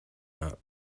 not